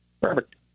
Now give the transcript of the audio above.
Perfect